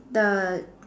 the